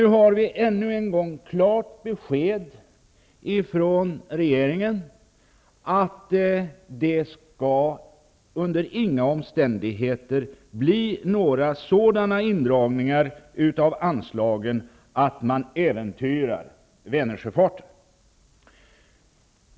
Nu har vi ännu en gång fått klart besked från regeringen att det under inga omständigheter skall bli sådana indragningar av anslagen att man äventyrar Vänersjöfarten.